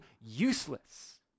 useless